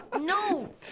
no